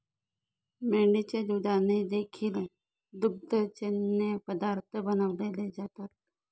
मेंढीच्या दुधाने देखील दुग्धजन्य पदार्थ बनवले जातात